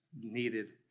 needed